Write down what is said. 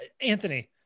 Anthony